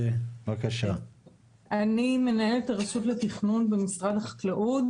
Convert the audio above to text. אני מנהלת הרשות לתכנון במשרד החקלאות,